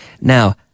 Now